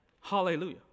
Hallelujah